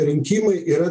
rinkimai yra